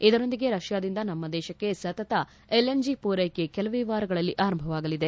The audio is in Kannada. ಇದರೊಂದಿಗೆ ರಷ್ಯಾದಿಂದ ನಮ್ಮ ದೇಶಕ್ಕೆ ಸತತ ಎಲ್ಎನ್ಜಿ ಪೂರೈಕೆ ಕೆಲವೇ ವಾರಗಳಲ್ಲಿ ಆರಂಭವಾಗಲಿದೆ